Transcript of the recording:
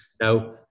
Now